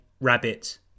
rabbit